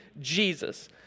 Jesus